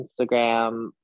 Instagram